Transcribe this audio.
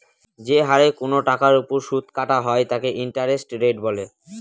যে হারে কোনো টাকার ওপর সুদ কাটা হয় তাকে ইন্টারেস্ট রেট বলে